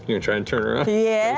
to try and turn her ah yeah